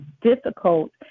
difficult